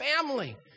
family